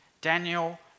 Daniel